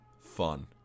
Fun